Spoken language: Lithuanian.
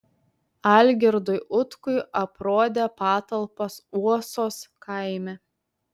algirdui utkui aprodė patalpas uosos kaime